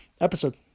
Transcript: episode